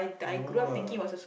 no lah